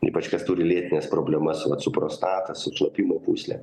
ypač kas turi lėtines problemas vat su prostata su šlapimo pūsle